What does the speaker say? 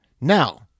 now